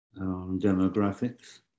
demographics